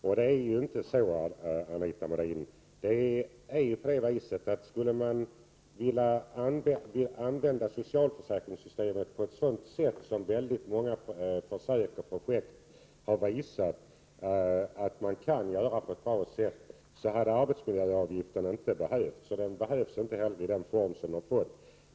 Men så är det inte, Anita Modin. Skulle man vilja använda socialförsäkringssystemet på ett sätt som väldigt många försök och projekt har visat att man kan göra, så skulle inte arbetsmiljöavgifterna behövas, och de behövs inte heller i den form som de har fått.